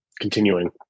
continuing